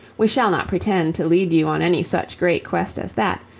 we shall not pretend to lead you on any such great quest as that,